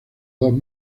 dos